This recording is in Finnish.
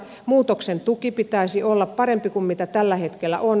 muutoksen tuen pitäisi olla parempi kuin se tällä hetkellä on